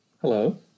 Hello